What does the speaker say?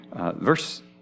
verse